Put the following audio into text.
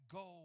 go